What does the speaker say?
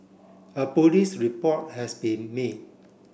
a police report has been made